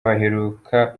baheruka